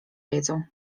wiedzą